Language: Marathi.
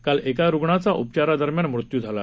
काल एका रुग्णाचा उपचारा दरम्यान मृत्यू झाला